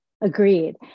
agreed